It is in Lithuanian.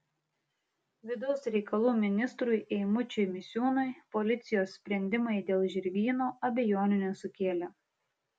vidaus reikalų ministrui eimučiui misiūnui policijos sprendimai dėl žirgyno abejonių nesukėlė